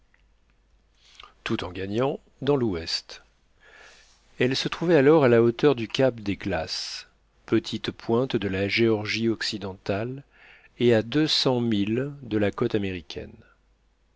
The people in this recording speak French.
tout en gagnant dans l'ouest elle se trouvait alors à la hauteur du cap des glaces petite pointe de la géorgie occidentale et à deux cents milles de la côte américaine